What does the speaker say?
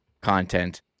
content